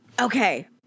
okay